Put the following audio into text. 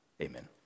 Amen